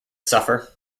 suffer